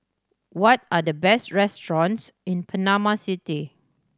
what are the best restaurants in Panama City